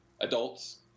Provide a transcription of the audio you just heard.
Adults